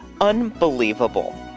Unbelievable